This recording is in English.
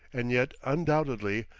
and yet, undoubtedly,